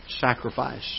sacrifice